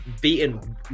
beaten